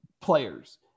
players